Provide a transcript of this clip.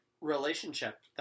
relationship